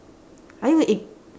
are you gonna ig~